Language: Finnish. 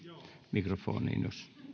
mikrofoniin